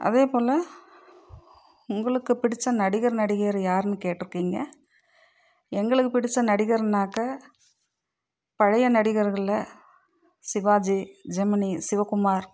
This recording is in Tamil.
அதேப்போல் உங்களுக்கு பிடிச்ச நடிகர் நடிகையரு யாருன்னு கேட்டுருக்கீங்க எங்களுக்கு பிடிச்ச நடிகருனாக்கா பழைய நடிகர்களில் சிவாஜி ஜெமினி சிவகுமார்